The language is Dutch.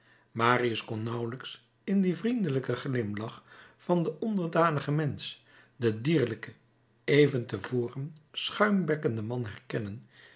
marius kon nauwelijks in dien vriendelijken glimlach van den onderdanigen mensch den dierlijken even te voren schuimbekkenden man herkennen